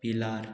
पिलार